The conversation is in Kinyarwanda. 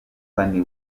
phanny